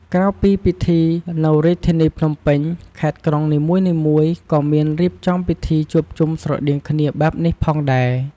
ក្រៅពីពិធីនៅរាជធានីភ្នំពេញ ខេត្ត-ក្រុងនីមួយៗក៏មានរៀបចំពិធីជួបជុំស្រដៀងគ្នាបែបនេះផងដែរ។